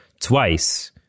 twice